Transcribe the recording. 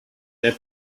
their